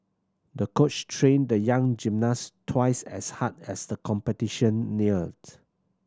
the coach trained the young gymnast twice as hard as the competition neared